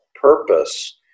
purpose